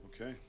Okay